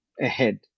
ahead